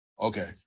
Okay